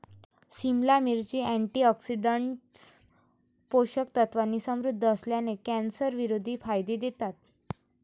सिमला मिरची, अँटीऑक्सिडंट्स, पोषक तत्वांनी समृद्ध असल्याने, कॅन्सरविरोधी फायदे देतात